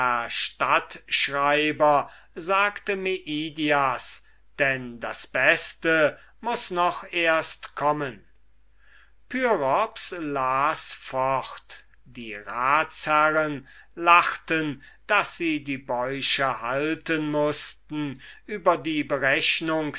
stadtschreiber sagte meidias denn das beste muß noch erst kommen pyrops las fort die ratsherren lachten daß sie die bäuche halten mußten über die berechnung